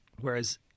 Whereas